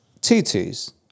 Tutus